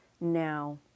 Now